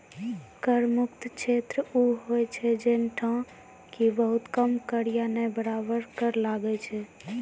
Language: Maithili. कर मुक्त क्षेत्र उ होय छै जैठां कि बहुत कम कर या नै बराबर कर लागै छै